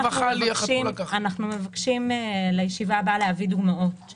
לעניין זה אנחנו מבקשים בישיבה הבאה להביא דוגמאות,